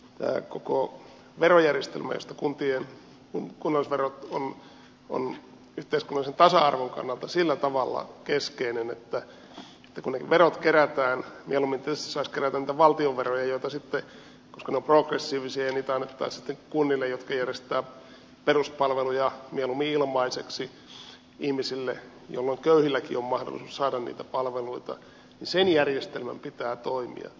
tämä koko verojärjestelmä josta kunnallisverot on yhteiskunnallisen tasa arvon kannalta sillä tavalla keskeinen että kun ne verot kerätään mieluummin tietysti saisi kerätä niitä valtionveroja koska ne ovat progressiivisia ja niitä annettaisiin sitten kunnille jotka järjestävät peruspalveluja mieluummin ilmaiseksi ihmisille jolloin köyhilläkin on mahdollisuus saada niitä palveluita niin sen järjestelmän pitää toimia